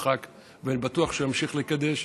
ואני בטוח שהוא ימשיך לקדש.